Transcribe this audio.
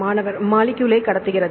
மாணவர் கடத்துகிறது